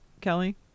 Kelly